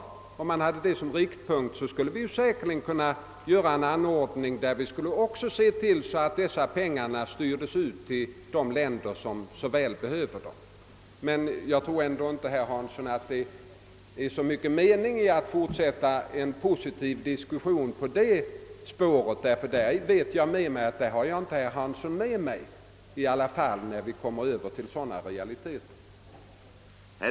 Om vi hade detta som riktpunkt skulle det säkerligen kunna ordnas så, att dessa pengar kommer de länder till godo som så väl behöver dem, men jag tror inte, herr Hansson, att det är så stor mening att fortsätta en diskussion med den inriktningen, ty jag vet att jag inte har herr Hansson med mig då vi kommer in på sådana realiteter.